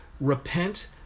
repent